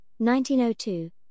1902